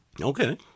okay